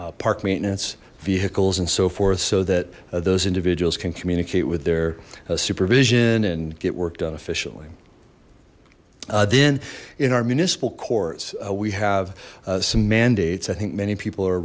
park maintenance vehicles and so forth so that those individuals can communicate with their supervision and get work done efficiently then in our municipal courts we have some mandates i think many people are